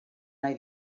nahi